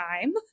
time